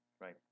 Right